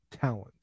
talent